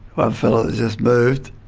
one fella just moved,